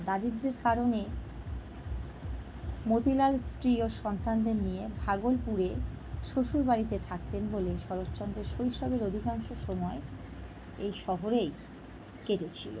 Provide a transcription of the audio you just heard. দারিদ্রের কারণে মতিলাল স্ত্রী ও সন্তানদের নিয়ে ভাগলপুরে শ্বশুর বাড়িতে থাকতেন বলে শরৎচন্দের শৈশবের অধিকাংশ সময় এই শহরেই কেটেছিলো